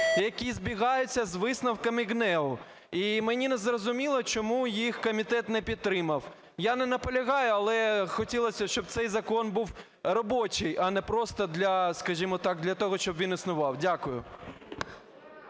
які збігаються з висновками ГНЕУ, і мені не зрозуміло, чому їх комітет не підтримав. Я не наполягаю, але хотілося, щоб цей закон був робочий, а не просто для, скажімо так, для того, щоб він існував. Дякую.